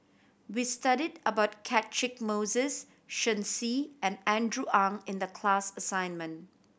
we studied about Catchick Moses Shen Xi and Andrew Ang in the class assignment